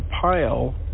pile